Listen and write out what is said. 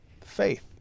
faith